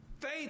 Faith